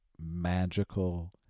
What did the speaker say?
magical